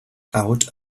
out